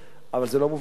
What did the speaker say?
אבל זה לא מובן מאליו.